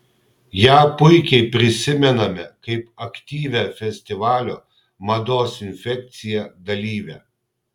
ją puikiai prisimename kaip aktyvią festivalio mados infekcija dalyvę